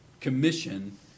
commission